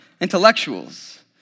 intellectuals